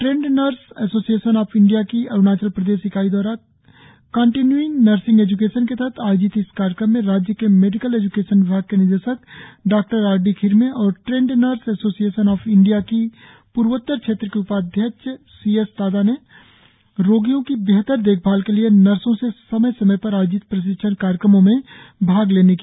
trained nurse association of India की अरुणाचल प्रदेश इकाई द्वारा कॉन्टीन्य्इंग नर्सिंग एज्केशन के तहत आयोजित इस कार्यक्रम में राज्य के मेडिकल एज्केशन विभाग के निदेशक डॉ आर डी खिरमें और trained nurse association of India की पूर्वोत्तर क्षेत्र की उपाध्यक्ष सीएस तादा ने रोगियों की बेहतर देखभाल के लिए नर्सो से समय समय पर आयोजित प्रशिक्षण कार्यक्रमों में भाग लेने की अपील की